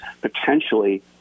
potentially